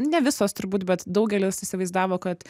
ne visos turbūt bet daugelis įsivaizdavo kad